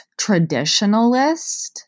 traditionalist